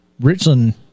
Richland